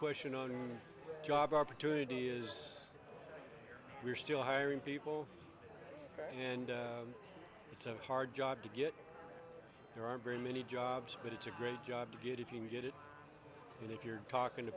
on job opportunity is we're still hiring people and it's a hard job to get there aren't very many jobs but it's a great job to get if you can get it and if you're talking to